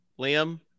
Liam